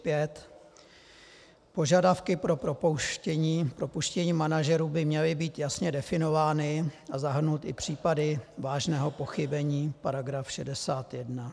4.5. Požadavky pro propuštění manažerů by měly být jasně definovány a zahrnuty případy vážného pochybení, § 61.